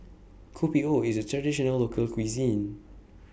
Kopi O IS A Traditional Local Cuisine